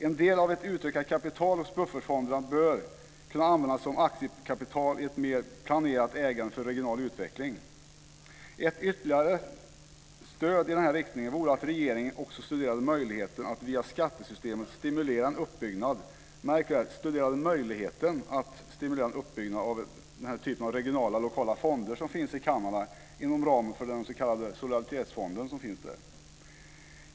En del av ett utökat kapital hos buffertfonderna bör kunna användas som aktiekapital i ett mer planerat ägande för regional utveckling. Ett ytterligare stöd i denna riktning vore att regeringen också studerade möjligheten att via skattesystemet stimulera en uppbyggnad - märk väl: studerade möjligheten att stimulera en uppbyggnad - av den typ av regionala och lokala fonder som finns i Kanada inom ramen för den s.k. solidaritetsfond man har där.